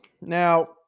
Now